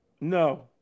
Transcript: No